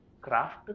craft